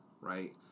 right